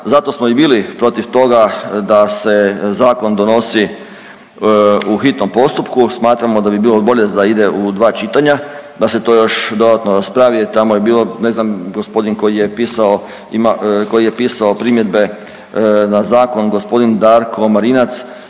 zato smo i bili protiv toga da se zakon donosi u hitnom postupku. Smatramo da bi bilo bolje da ide u dva čitanja, da se to još dodatno raspravi jer tamo je bilo ne znam gospodin koji je pisao primjedbe na zakon, gospodin Darko Marinac